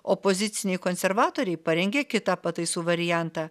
opoziciniai konservatoriai parengė kitą pataisų variantą